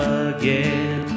again